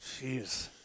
Jeez